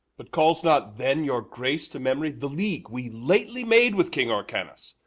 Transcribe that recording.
but calls not, then, your grace to memory the league we lately made with king orcanes,